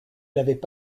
l’avaient